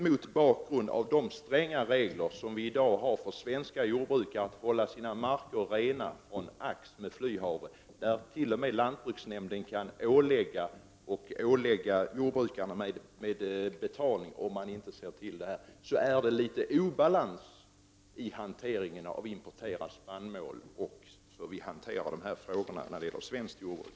Vi har i dag stränga regler för svenska jordbrukare när det gäller att hålla de egna markerna rena från flyghavreax. Lantbruksnämnderna kan t.o.m. ålägga jordbrukarna att betala straffavgifter, om lantbrukarna inte tillser detta. Mot denna bakgrund förefaller det vara en viss obalans i hanteringen av importerad spannmål och hanteringen av dessa frågor i svenskt jordbruk.